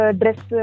dress